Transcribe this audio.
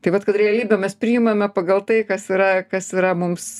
tai vat kad realybę mes priimame pagal tai kas yra kas yra mums